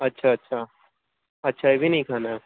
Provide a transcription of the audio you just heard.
اچھا اچھا اچھا یہ بھی نہیں کھانا ہے